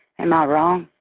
am i wrong?